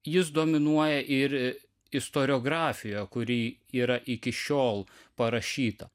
jis dominuoja ir istoriografijoje kuri yra iki šiol parašyta